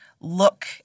look